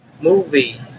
movie